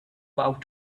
out